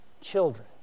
children